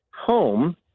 home